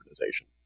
organization